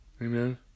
Amen